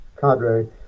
Cadre